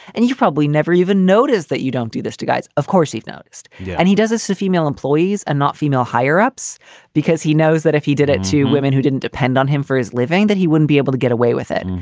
and you probably never even notice that you don't do this to guys. of course i've noticed. yeah and he doesn't see female employees and not female higher ups because he knows that if he did it to women who didn't depend on him for his living, that he wouldn't be able to get away with it. and